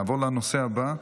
נעבור לנושא הבא,